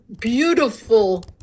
beautiful